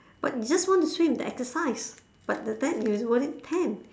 but you just want to swim to exercise but the time you worth it tan